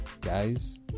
guys